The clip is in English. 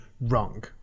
wrong